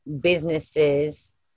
businesses